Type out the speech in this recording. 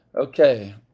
Okay